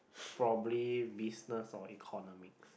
probably business or economics